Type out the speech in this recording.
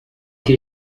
que